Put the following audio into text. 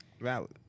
Valid